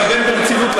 מתכוון ברצינות,